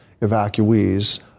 evacuees